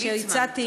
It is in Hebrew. שהצעתי,